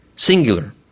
Singular